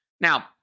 Now